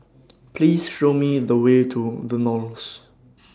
Please Show Me The Way to The Knolls